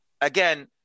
Again